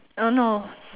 uh no